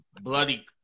bloody